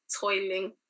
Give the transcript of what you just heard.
toiling